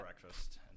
breakfast